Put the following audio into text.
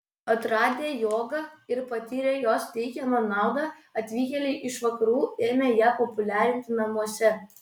atradę jogą ir patyrę jos teikiamą naudą atvykėliai iš vakarų ėmė ją populiarinti namuose